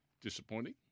disappointing